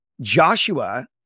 Joshua